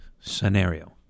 scenario